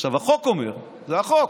עכשיו החוק אומר, זה החוק,